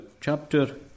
Chapter